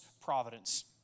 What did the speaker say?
providence